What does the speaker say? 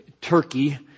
Turkey